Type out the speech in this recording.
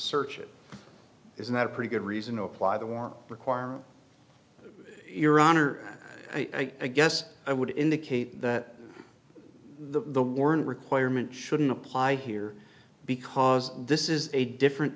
search it isn't that a pretty good reason to apply the war requirement in iran or i guess i would indicate that the warrant requirement shouldn't apply here because this is a different